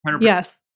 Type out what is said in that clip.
yes